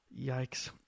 Yikes